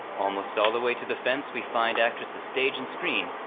almost all the way to the fence we find actress of stage and screen,